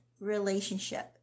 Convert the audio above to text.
relationship